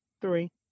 Three